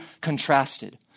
contrasted